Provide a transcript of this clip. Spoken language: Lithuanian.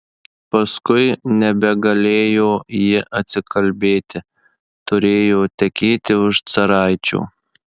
paskui nebegalėjo ji atsikalbėti turėjo tekėti už caraičio